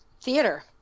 theater